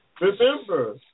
Remember